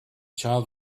child